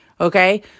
Okay